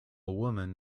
woman